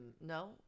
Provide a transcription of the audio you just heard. No